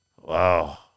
Wow